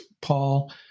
Paul